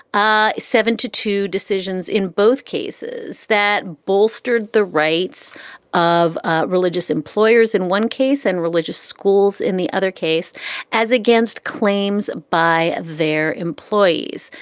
ah seven to two decisions in both cases that bolstered the rights of ah religious employers in one case and religious schools in the other case as against claims by their employees.